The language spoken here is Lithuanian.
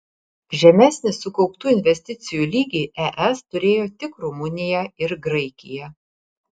žemesnį sukauptų investicijų lygį es turėjo tik rumunija ir graikija